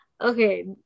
okay